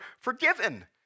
forgiven